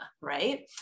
right